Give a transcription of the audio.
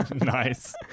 Nice